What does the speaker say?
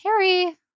harry